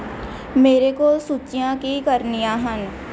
ਮੇਰੇ ਕੋਲ ਸੂਚੀਆਂ ਕੀ ਕਰਨੀਆਂ ਹਨ